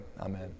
Amen